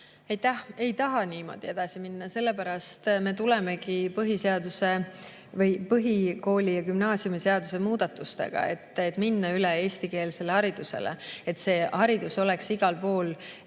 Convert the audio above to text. ei taha niimoodi edasi minna. Sellepärast me tulemegi põhikooli‑ ja gümnaasiumiseaduse muudatustega, et minna üle eestikeelsele haridusele, et haridus oleks igal pool